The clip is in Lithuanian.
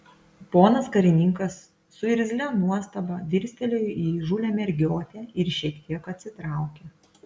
ponas karininkas su irzlia nuostaba dirstelėjo į įžūlią mergiotę ir šiek tiek atsitraukė